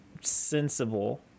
sensible